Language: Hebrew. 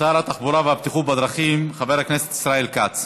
שר התחבורה והבטיחות בדרכים חבר הכנסת ישראל כץ.